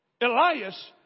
Elias